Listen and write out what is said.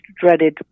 dreaded